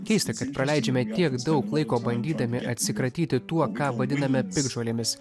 keista kad praleidžiame tiek daug laiko bandydami atsikratyti tuo ką vadiname piktžolėmis